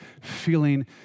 feeling